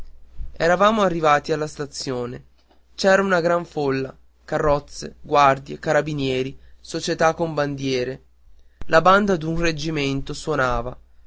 eravamo arrivati alla stazione c'era una gran folla carrozze guardie carabinieri società con bandiere la banda d'un reggimento suonava